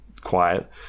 quiet